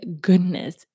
goodness